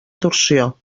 torsió